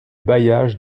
bailliage